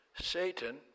satan